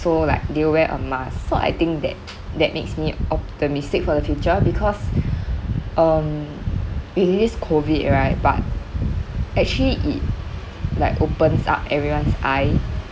so like they wear a mask so I think that that makes me optimistic for the future because um it is COVID right but actually it like opens up everyone's eye